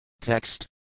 Text